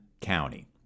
County